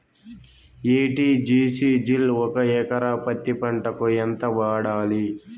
ఎ.టి.జి.సి జిల్ ఒక ఎకరా పత్తి పంటకు ఎంత వాడాలి?